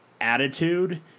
attitude